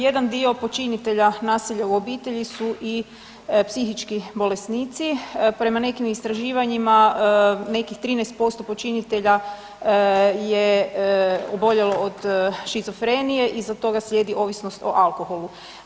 Jedan dio počinitelja nasilja u obitelji su i psihički bolesnici, prema nekim istraživanjima nekih 13% počinitelja je oboljelo od šizofrenije iza toga slijedi ovisnost o alkoholu.